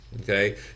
okay